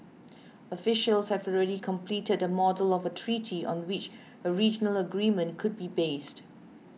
officials have already completed a model of a treaty on which a regional agreement could be based